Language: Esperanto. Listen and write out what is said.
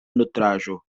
nutraĵo